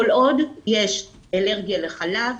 כל עוד יש אלרגיה לחלב